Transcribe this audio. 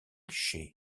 chez